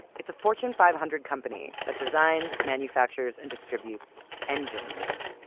it's a fortune five hundred company that designs, manufactures and distributes engines.